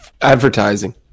Advertising